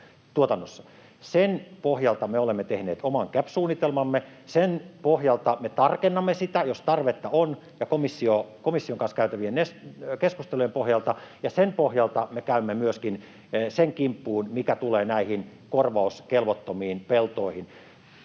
Sen pohjalta me olemme tehneet oman CAP-suunnitelmamme. Me tarkennamme sitä, jos tarvetta on, komission kanssa käytävien keskustelujen pohjalta, ja sen pohjalta me käymme myöskin sen kimppuun, mitä tulee näihin korvauskelvottomiin peltoihin.